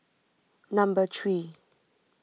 number three